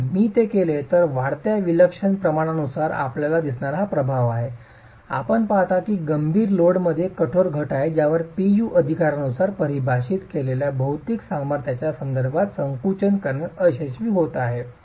जर मी ते केले तर हा वाढत्या विलक्षण प्रमाणानुसार आपल्याला दिसणारा हा प्रभाव आहे आपण पाहता की गंभीर लोडमध्ये कठोर घट आहे ज्यावर Pu अधिकारानुसार परिभाषित केलेल्या भौतिक सामर्थ्याच्या संदर्भात संकुचन करण्यात अयशस्वी होत आहे